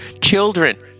children